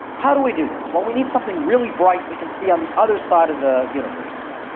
how do we do this? well, we need something really bright we can see on the other side of the universe.